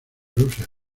rusia